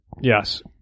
yes